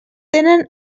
tenen